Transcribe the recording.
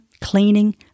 cleaning